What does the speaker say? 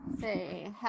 Say